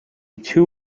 two